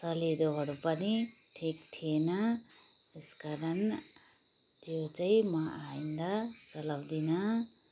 सलेदोहरू पनि ठिक थिएन त्यस कारण त्यो चाहिँ म आइन्दा चलाउँदिनँ